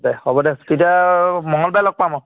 দে হ'ব দে তেতিয়া আৰু মংগলবাৰে লগ পাম আৰু